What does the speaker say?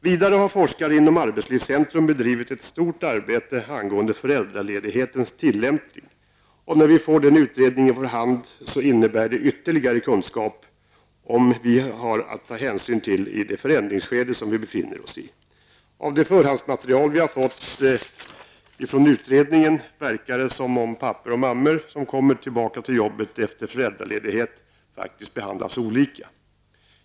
Vidare har forskare inom arbetslivscentrum bedrivit ett stort arbete angående föräldraledighetslagens tillämpning, och när vi får den utredningen i vår hand innebär det ytterligare kunskap, som vi har att ta hänsyn till i det förändringsskede som vi befinner oss i. Av det förhandsmaterial som vi har fått från utredningen verkar det som om pappor och mammor som kommer tillbaka till arbetet efter föräldraledighet faktiskt behandlas olika.